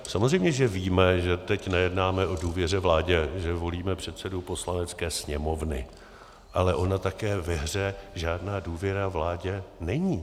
Samozřejmě víme, že teď nejednáme o důvěře vládě, že volíme předsedu Poslanecké sněmovny, ale ona také ve hře žádná důvěra vládě není.